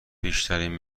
بیشترین